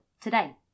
Today